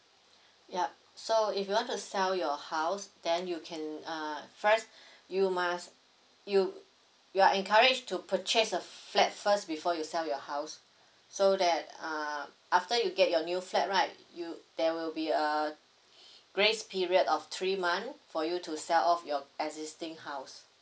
yup so if you want to sell your house then you can uh first you must you you are encourage to purchase a flat first before you sell your house so that uh after you get your new flat right you there will be uh grace period of three month for you to sell off your existing house